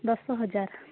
ଦଶହଜାର